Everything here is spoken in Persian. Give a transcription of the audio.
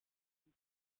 آبی